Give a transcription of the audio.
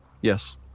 Yes